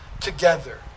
together